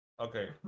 okay